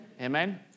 Amen